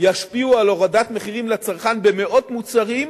ישפיעו על הורדת מחירים לצרכן במאות מוצרים.